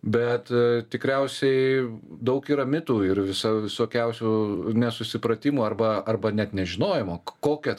bet tikriausiai daug yra mitų ir visokiausių nesusipratimų arba arba net nežinojimo kokia